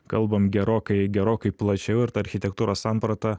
kalbam gerokai gerokai plačiau ir ta architektūros samprata